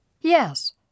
Yes